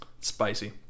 Spicy